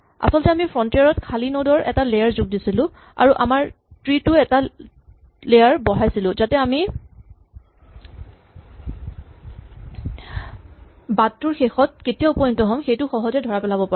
আচলতে আমি ফ্ৰন্টিয়াৰ ত খালী নড ৰ এটা লেয়াৰ যোগ দিছিলো আৰু আমাৰ ট্ৰী টো এটা লেয়াৰ বঢ়াইছিলো যাতে আমি বাটটোৰ শেষত কেতিয়া উপনীত হ'ম সেইটো সহজে ধৰা পেলাব পাৰো